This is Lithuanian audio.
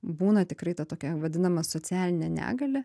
būna tikrai ta tokia vadinama socialinė negalia